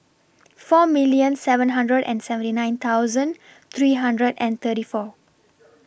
four million seven hundred and seventy nine thousand three hundred and thirty four